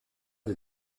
des